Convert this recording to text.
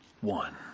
one